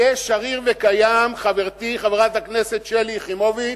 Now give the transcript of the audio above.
יהיה שריר וקיים, חברתי חברת הכנסת שלי יחימוביץ,